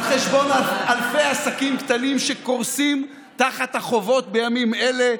על חשבון אלפי עסקים קטנים שקורסים תחת החובות בימים אלה,